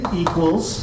equals